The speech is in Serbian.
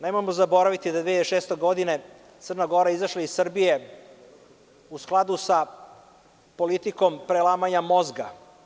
Nemojmo zaboraviti da je 2006. godine CG izašla iz Srbije u skladu sa politikom prelamanja mozga.